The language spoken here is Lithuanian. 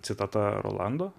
citata rolando